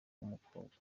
w’umukobwa